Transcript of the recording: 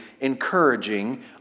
encouraging